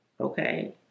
Okay